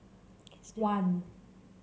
one